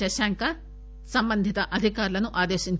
శశాంక సంబంధిత అధికారులను ఆదేశిందారు